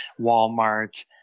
Walmart